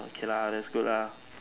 okay lah that's good ah